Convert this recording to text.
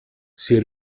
sie